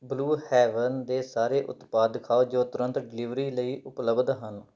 blue Heaven ਦੇ ਸਾਰੇ ਉਤਪਾਦ ਦਿਖਾਓ ਜੋ ਤੁਰੰਤ ਡਿਲੀਵਰੀ ਲਈ ਉਪਲੱਬਧ ਹਨ